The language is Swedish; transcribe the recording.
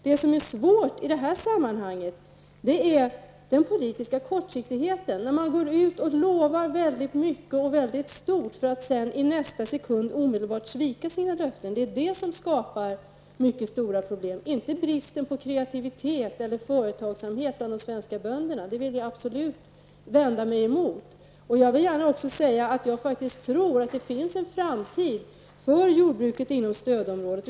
Det som är svårt i det här sammanhanget är den politiska kortsiktigheten, att man går ut och lovar stort för att i nästa sekund svika sina löften. Det är det som skapar mycket stora problem, inte brist på kreativitet eller företagsamhet bland de svenska bönderna -- det vill jag absolut vända mig emot. Jag vill gärna också säga att jag faktiskt tror att det finns en framtid för jordbruket inom stödområdet.